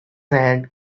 hand